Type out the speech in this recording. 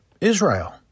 Israel